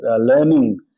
learning